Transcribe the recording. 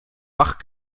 bach